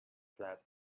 flap